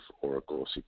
oracle